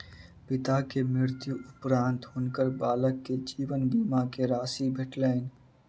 पिता के मृत्यु उपरान्त हुनकर बालक के जीवन बीमा के राशि भेटलैन